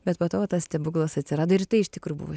bet po to va tas stebuklas atsirado ir tai iš tikrų buvo